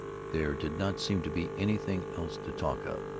there did not seem to be anything else to talk of.